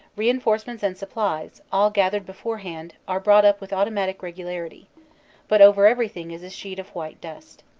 reinforcements and supplies, all gath ered beforehand, are brought up with automatic regularity but over everything is a sheet of white dust.